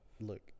Look